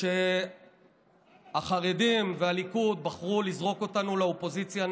ועיניכם כלות.